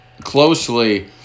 closely